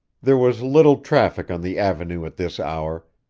there was little traffic on the avenue at this hour,